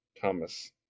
Thomas